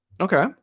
Okay